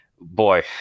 boy